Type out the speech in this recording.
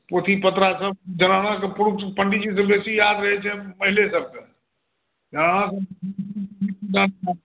पोथी पत्रा सभ जनानाक पुरुष पंडीजीसँ बेसी याद रहैत छै महिलेसभकेँ